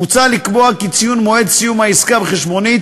מוצע לקבוע כי ציון מועד סיום העסקה בחשבונית,